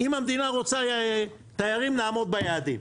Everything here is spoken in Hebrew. אם המדינה רוצה תיירים, לעמוד ביעדים.